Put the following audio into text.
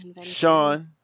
Sean